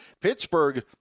Pittsburgh –